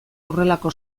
horrelako